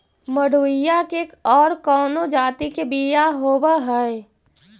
मडूया के और कौनो जाति के बियाह होव हैं?